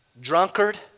drunkard